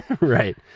Right